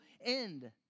end